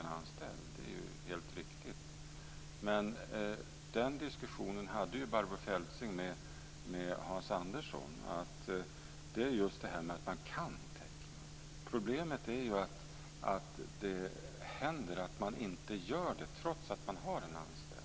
en anställd är naturligtvis helt riktig. Men den diskussionen förde ju Barbro Feltzing med Hasse Andersson - det gäller just det här att man kan teckna. Problemet är att det händer att företagarna inte gör det trots att de har en anställd.